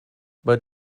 but